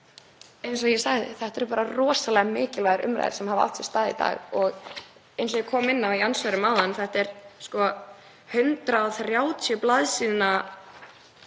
Eins og ég sagði eru þetta bara rosalega mikilvægar umræður sem hafa átt sér stað í dag og eins og ég kom inn á í andsvörum áðan er þetta frumvarp 130 blaðsíðna